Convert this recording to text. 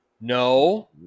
No